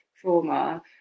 trauma